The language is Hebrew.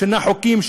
שינה חוקים,